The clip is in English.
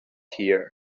here